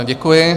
Děkuji.